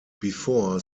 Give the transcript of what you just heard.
before